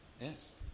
Yes